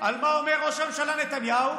על מה שאומר ראש הממשלה נתניהו,